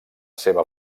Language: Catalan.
seva